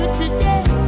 today